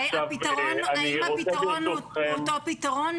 האם הפתרון הוא אותו פתרון?